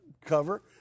cover